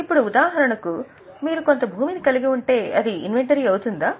ఇప్పుడు ఉదాహరణకు మీరు కొంత భూమిని కలిగి ఉంటే అది ఇన్వెంటరీ అవుతుందా